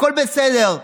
הכול בסדר.